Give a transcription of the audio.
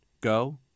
go